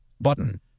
Button